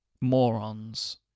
morons